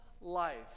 life